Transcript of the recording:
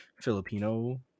filipino